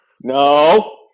No